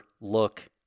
look